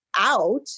out